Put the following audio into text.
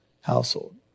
household